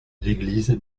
l’église